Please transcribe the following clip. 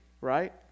right